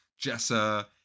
Jessa